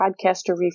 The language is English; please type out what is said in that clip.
podcaster